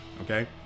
Okay